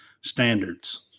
standards